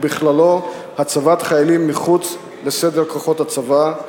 ובכללו הצבת חיילים מחוץ לסדר כוחות הצבא.